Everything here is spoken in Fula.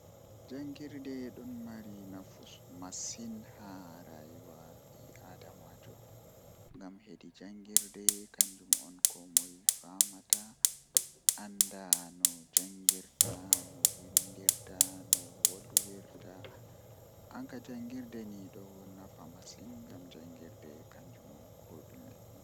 Ko njaŋnguɗi ko waawugol ngal wondi ɗoo aduna, Sabu ɗum njippita jam e waɗtuɗi waɗal ɗi ɓuri laawol. Neɗɗo waɗataa njaŋnguɗi heɓataa semmbugol waɗitde goongɗi ɗam e konngol ɗum. E waɗal ngal, Ko ɗum ndimaagu ɗi njogita waɗude laawol ngam noɗɗude laamu e njogorde ɗoo aduna.